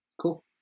Cool